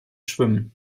schwimmen